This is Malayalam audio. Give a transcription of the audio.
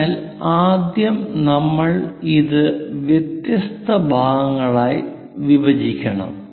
അതിനാൽ ആദ്യം നമ്മൾ ഇത് വ്യത്യസ്ത ഭാഗങ്ങളായി വിഭജിക്കണം